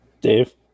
Dave